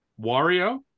Wario